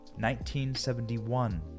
1971